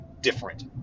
different